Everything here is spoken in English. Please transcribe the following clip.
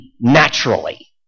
naturally